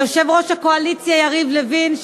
ליושב-ראש הקואליציה יריב לוין,